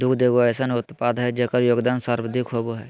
दुग्ध एगो अइसन उत्पाद हइ जेकर योगदान सर्वाधिक होबो हइ